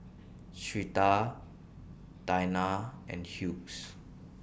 Syreeta Dayna and Hughes